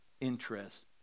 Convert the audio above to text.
interest